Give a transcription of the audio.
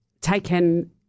taken